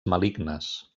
malignes